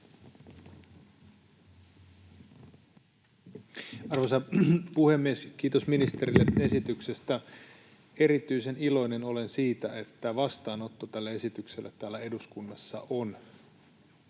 Arvoisa puhemies! Kiitos ministerille esityksestä. Erityisen iloinen olen siitä, että vastaanotto tälle esitykselle täällä eduskunnassa on